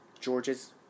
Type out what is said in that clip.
George's